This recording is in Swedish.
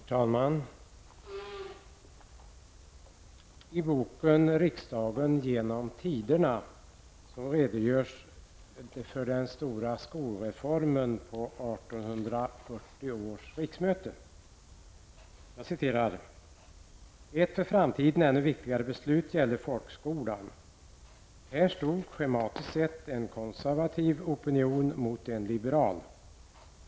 Herr talman! I boken ''Riksdagen genom tiderna'' redogörs för den stora skolreformen på 1840 års riksmöte. I den står bl.a.: ''Ett för framtiden ännu viktigare beslut gällde folkskolan. Här stod schematiskt sett en konservativ opinion mot en liberal.